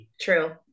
True